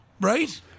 Right